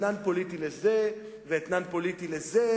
אתנן פוליטי לזה ואתנן פוליטי לזה,